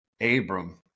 Abram